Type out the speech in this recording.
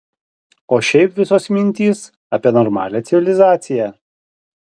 o šiaip visos mintys apie normalią civilizaciją